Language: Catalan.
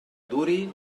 duri